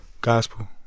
Gospel